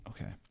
Okay